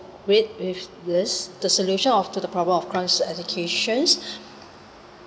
with this the solution of to the problem of crime is educations